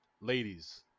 ladies